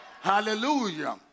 hallelujah